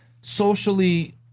Socially